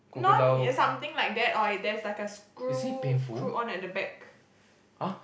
no is something like that or it there's like a screw screw on at the back